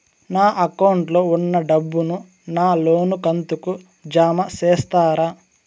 నా అకౌంట్ లో ఉన్న డబ్బును నా లోను కంతు కు జామ చేస్తారా?